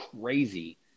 crazy